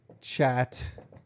chat